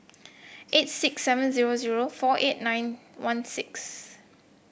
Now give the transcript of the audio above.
eight six seven zero zero four eight nine one six